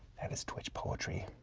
that is twitch poetry.